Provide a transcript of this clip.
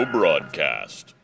Broadcast